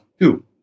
two